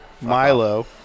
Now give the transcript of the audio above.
Milo